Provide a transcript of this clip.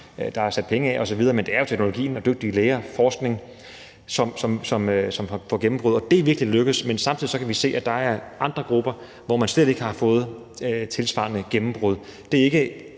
der er sat penge af osv., og det er jo teknologien og dygtige læger og forskning, som bryder igennem; det er virkelig lykkedes. Men samtidig kan vi se, at der er andre grupper, hvor man slet ikke har fået tilsvarende gennembrud.